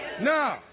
No